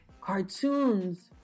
cartoons